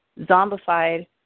zombified